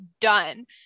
done